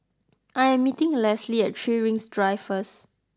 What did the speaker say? I am meeting Lesly at Three Rings Drive first